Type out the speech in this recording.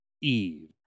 Eve